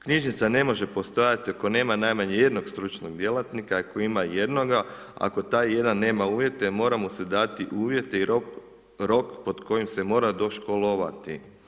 Knjižnica ne može postojati, ako nema najmanje 1 stručnog djelatnika, ako ima jednoga, ako taj jedan nema uvjete mora mu se dati uvjete i rok do kojeg se mora doškolovati.